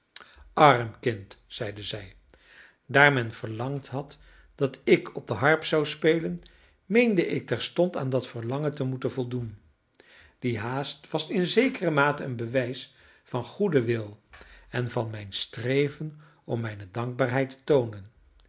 arm kind zeide zij daar men verlangd had dat ik op de harp zou spelen meende ik terstond aan dat verlangen te moeten voldoen die haast was in zekere mate een bewijs van goeden wil en van mijn streven om mijne dankbaarheid te toonen